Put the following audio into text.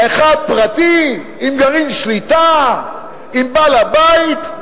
האחד פרטי עם גרעין שליטה, עם בעל-הבית,